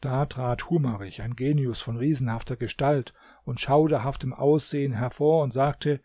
da trat humarich ein genius von riesenhafter gestalt und schauderhaftem aussehen hervor und sagte